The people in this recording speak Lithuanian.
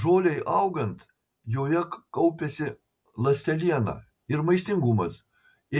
žolei augant joje kaupiasi ląsteliena ir maistingumas